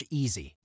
easy